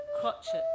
crotchets